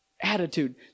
attitude